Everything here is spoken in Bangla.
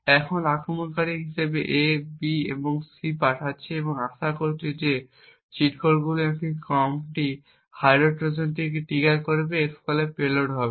এখন আক্রমণকারী ইনপুট হিসাবে A B এবং C পাঠাচ্ছে এবং আশা করছে যে চিট কোডগুলির এই ক্রমটি হার্ডওয়্যার ট্রোজানকে ট্রিগার করবে এবং এর ফলে পেলোড হবে